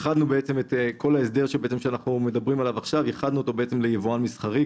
את כל ההסדר שאנחנו מדברים עליו עכשיו ייחדנו ליבואן מסחרי.